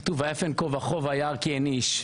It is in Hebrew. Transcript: כתוב: "ויפן כה וכה וירא כי אין איש".